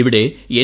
ഇവിടെ എൻ